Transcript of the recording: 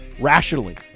rationally